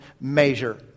measure